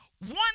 One